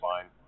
fine